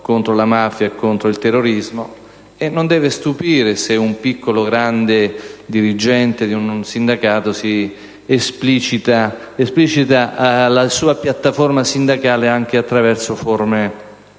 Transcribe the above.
dalla mafia e dal terrorismo. Non deve stupire se un piccolo o grande dirigente di un sindacato si esplicita alla sua piattaforma sindacale anche attraverso forme violente.